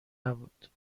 نبود